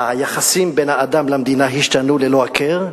היחסים בין האדם למדינה השתנו ללא הכר,